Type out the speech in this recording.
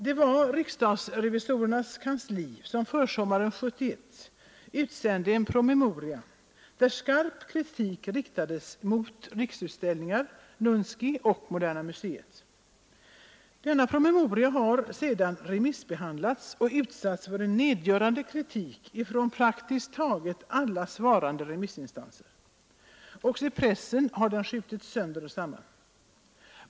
Det var riksdagsrevisorernas kansli som försommaren 1971 utsände en promemoria, där skarp kritik riktades mot Riksutställningar, NUNSKI och Moderna museet. Denna promemoria har sedan remissbehandlats och utsatts för en nedgörande kritik från praktiskt taget alla svarande remissinstanser. Också i pressen har den skjutits sönder och samman.